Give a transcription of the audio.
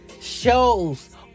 shows